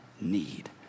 need